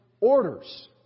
orders